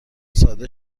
ساده